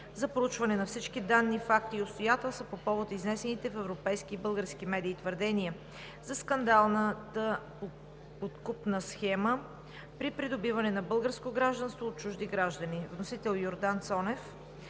за проучване на всички данни, факти и обстоятелства по повод изнесените в европейски и български медии твърдения за скандалната подкупна схема при придобиване на българско гражданство от чужди граждани. Вносител е Йордан Цонев.